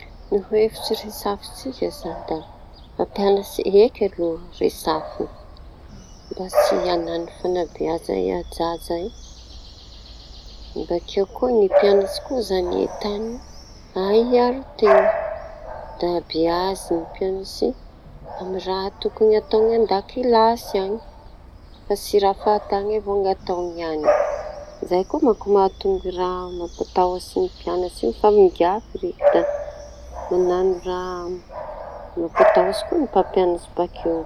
Ny resaky rehafintsika izañy da mpampianatsy eky no resafina mba tsy añano fanabeaza i ajaja io. Bakeo koa ny mpianatsy koa izañy da entany ahay hiaro teña da beazin mpianatsy amin'ny raha tokony ataony an-dakilasy any fa tsy raha fantany avao ny ataony any; zay koa mantsy mahatonga raha mampatahotsy mpianatsy io fa migafy reky da mañano raha mampataotsy koa mpampinatsy bakeo.